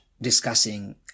discussing